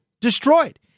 destroyed